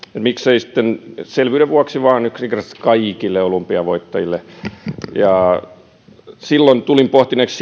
miksei sitten selvyyden vuoksi vain yksinkertaisesti kaikille olympiavoittajille silloin tulin pohtineeksi